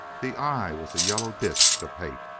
the eye was a yellow disk of hate,